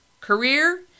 career